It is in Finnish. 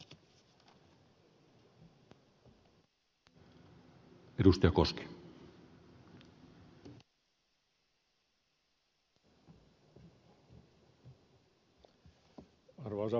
arvoisa puhemies